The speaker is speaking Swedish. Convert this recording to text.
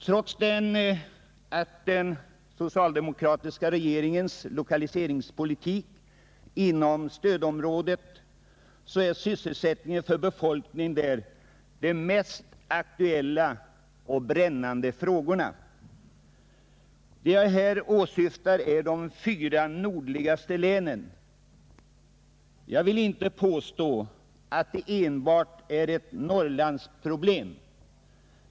Trots den socialdemokratiska regeringens lokaliseringspolitik inom stödområdet är frågorna om sysselsättning för befolkningen där de mest aktuella och brännande. Det jag här åsyftar är de fyra nordligaste länen. Jag vill inte påstå, att det enbart är ett Norrlandsproblem.